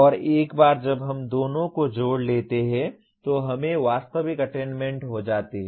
और एक बार जब हम दोनों को जोड़ लेते हैं तो हमें वास्तविक अटेन्मेन्ट हो जाती है